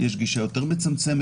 ויש גישה יותר מצמצמת,